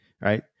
right